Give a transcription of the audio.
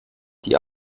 die